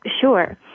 Sure